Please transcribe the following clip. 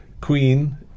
Queen